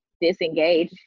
disengage